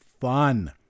fun